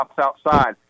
outside